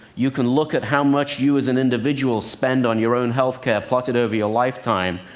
you can look at how much you as an individual spend on your own health care, plotted over your lifetime.